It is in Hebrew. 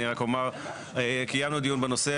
אני רק אומר שקיימנו דיון בנושא